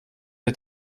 der